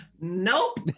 nope